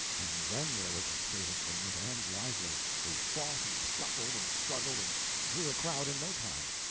and then there was a state of things and lively! we fought and scuffled and struggled, and drew a crowd in no time.